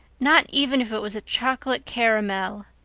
not even if it was a chocolate caramel.